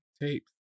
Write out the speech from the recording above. tapes